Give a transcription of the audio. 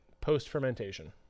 post-fermentation